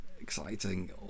exciting